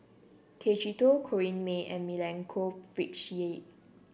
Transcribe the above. Tay Chee Toh Corrinne May and Milenko Prvacki